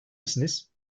misiniz